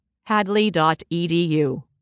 Hadley.edu